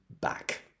back